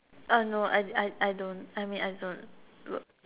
no I I I don't I mean I don't